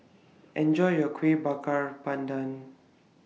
Enjoy your Kueh Bakar Pandan